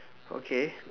okay